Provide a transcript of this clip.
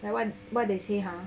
that like what they say !huh!